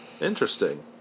interesting